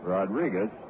Rodriguez